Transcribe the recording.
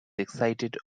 excited